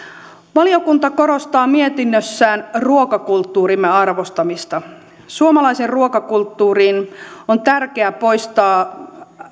valiokunta korostaa mietinnössään ruokakulttuurimme arvostamista suomalaisen ruokakulttuurin kannalta on tärkeää poistaa